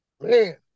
man